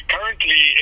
Currently